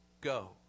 Go